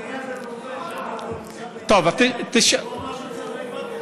איל בן ראובן, שאלתי אותו אם הוא צריך להתפטר,